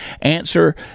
answer